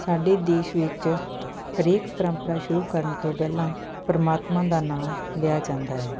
ਸਾਡੇ ਦੇਸ਼ ਵਿੱਚ ਹਰੇਕ ਪਰੰਪਰਾ ਸ਼ੁਰੂ ਕਰਨ ਤੋਂ ਪਹਿਲਾਂ ਪਰਮਾਤਮਾ ਦਾ ਨਾਮ ਲਿਆ ਜਾਂਦਾ ਹੈ